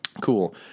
Cool